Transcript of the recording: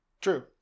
True